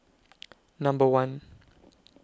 Number one